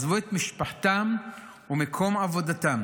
עזבו את משפחתם ואת מקום עבודתם